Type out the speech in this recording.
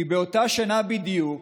כי באותה שנה בדיוק,